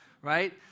right